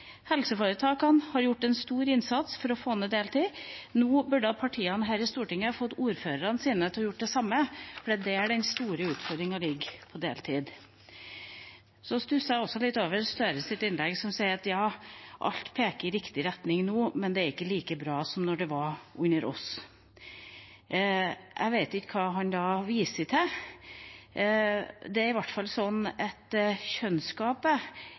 Helseforetakene har gjort en stor innsats for å få ned bruken av deltid. Nå burde partiene her i Stortinget fått ordførerne sine til å gjøre det samme, for det er der den store utfordringen ligger med deltid. Så stusset jeg også litt over Gahr Støres innlegg. Han sier at alt peker i riktig retning nå, men det er ikke like bra som da det var under oss. Jeg vet ikke hva han da viser til. Det er i hvert fall sånn at kjønnsgapet